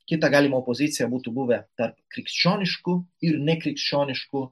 kita galima opozicija būtų buvę tarp krikščioniškų ir nekrikščioniškų